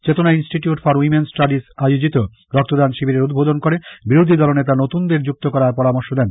চেতনা institute for women's studies আয়োজিত রক্তদান শিবিরের উদ্বোধন করে বিরোধী দলনেতা নতুনদের যুক্ত করার পরামর্শ দেন